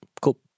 Cool